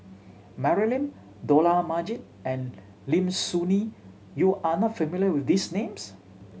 Mary Lim Dollah Majid and Lim Soo Ngee you are not familiar with these names